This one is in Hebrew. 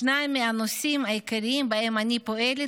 שניים מהנושאים העיקריים שבהם אני פועלת